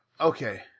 Okay